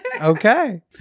okay